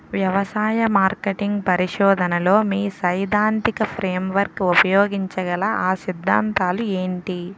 వ్యవసాయ మార్కెటింగ్ పరిశోధనలో మీ సైదాంతిక ఫ్రేమ్వర్క్ ఉపయోగించగల అ సిద్ధాంతాలు ఏంటి?